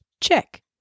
Check